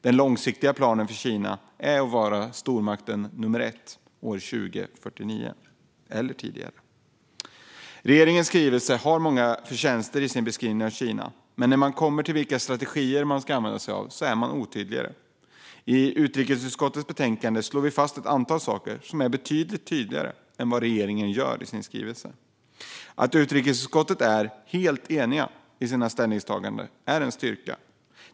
Den långsiktiga planen för Kina är att vara världens stormakt nummer ett år 2049 eller tidigare. Regeringens skrivelse har många förtjänster i sin beskrivning av Kina. Men när det kommer till vilka strategier man ska använda sig av är man otydligare. I utrikesutskottets betänkande slår vi fast ett antal saker betydligt tydligare än vad regeringen gör i sin skrivelse. Att utrikesutskottet är helt enigt i sina ställningstaganden är en styrka.